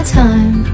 time